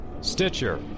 Stitcher